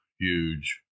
huge